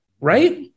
right